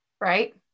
right